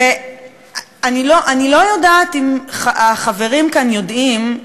ואני לא יודעת אם החברים כאן יודעים,